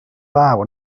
law